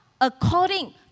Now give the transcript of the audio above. according